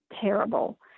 terrible